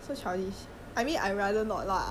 guys be guys